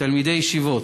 תלמידי ישיבות,